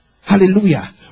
hallelujah